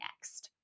next